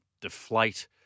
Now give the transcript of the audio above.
deflate